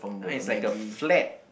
ah it's like a flat